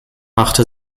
machte